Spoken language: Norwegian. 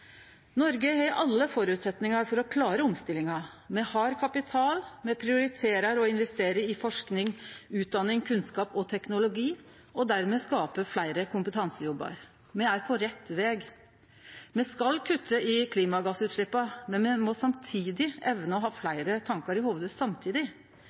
Noreg har alle føresetnadene for å klare omstillinga – me har kapital, me prioriterer å investere i forsking, utdanning, kunnskap og teknologi, og dermed å skape fleire kompetansejobbar. Me er på rett veg. Me skal kutte i klimagassutsleppa, men me må samtidig evne å ha